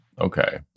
okay